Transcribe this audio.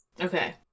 okay